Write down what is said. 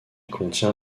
contient